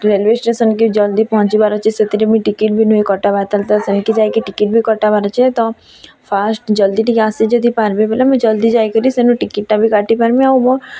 railway ଷ୍ଟେସନ୍କେ ଜଲ୍ଦି ପହଞ୍ଚିବାର୍ ଅଛି ସେଥିରେ ମୁଇଁ ଟିକେଟ୍ ବି ନଇଁ କଟାବା ସେନ୍କି ଯାଇକି ଟିକେଟ୍ ବି କଟାବାର୍ ଅଛି ତ ଫାର୍ଷ୍ଟ୍ ଜଲ୍ଦି ଟିକେ ଆସି ଯଦି ପାର୍ବେ ବୋଲେ ମୁଇଁ ଜଲ୍ଦି ଯାଇକିରି ସେନୁ ଟିକେଟ୍ଟା ବି କାଟି ପାର୍ମି ଆଉ